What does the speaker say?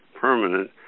permanent